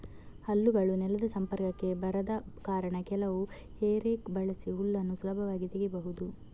ಹಲ್ಲುಗಳು ನೆಲದ ಸಂಪರ್ಕಕ್ಕೆ ಬರದ ಕಾರಣ ಕೆಲವು ಹೇ ರೇಕ್ ಬಳಸಿ ಹುಲ್ಲನ್ನ ಸುಲಭವಾಗಿ ತೆಗೀಬಹುದು